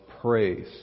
praise